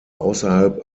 außerhalb